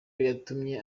yatumye